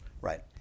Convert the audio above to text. right